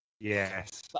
Yes